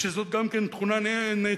שזאת גם כן תכונה נאצלת,